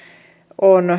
on